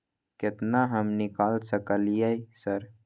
केतना हम निकाल सकलियै सर?